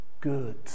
good